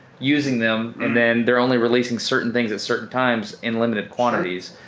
using them, and then they're only releasing certain things at certain times in limited quantities.